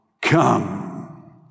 come